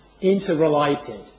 interrelated